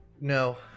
No